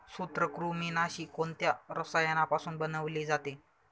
सूत्रकृमिनाशी कोणत्या रसायनापासून बनवले जाते?